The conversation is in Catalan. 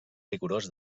rigorós